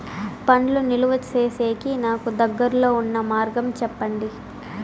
పండ్లు నిలువ సేసేకి నాకు దగ్గర్లో ఉన్న మార్గం చెప్పండి?